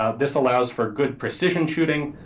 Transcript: ah this allows for good precision shooting,